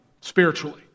spiritually